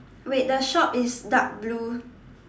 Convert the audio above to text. wait the shop is dark blue